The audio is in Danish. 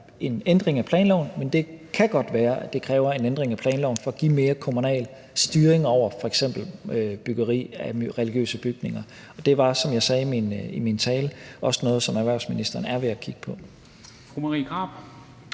en ændring af planloven, men det kan godt være, at det kræver en ændring af planloven for at give mere kommunal styring over f.eks. byggeri af religiøse bygninger. Det er, som jeg sagde i min tale, også noget, som erhvervsministeren er ved at kigge på.